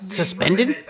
suspended